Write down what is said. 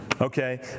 Okay